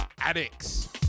Addicts